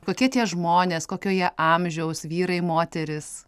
kokie tie žmonės kokio jie amžiaus vyrai moterys